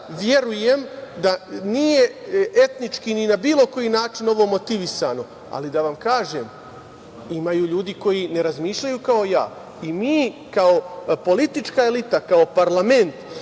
verujem da nije etnički, ni na bilo koji način, ovo motivisano, ali da vam kažem da ima ljudi koji ne razmišljaju kao ja. Mi kao politička elita, kao parlament,